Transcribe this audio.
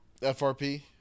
FRP